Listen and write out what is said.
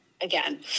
again